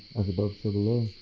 as above, so below.